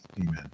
Amen